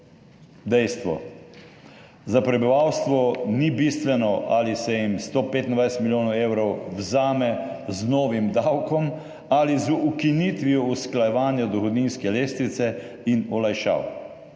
dejstvo. Za prebivalstvo ni bistveno, ali se jim 125 milijonov evrov vzame z novim davkom ali z ukinitvijo usklajevanja dohodninske lestvice in olajšav.